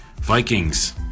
Vikings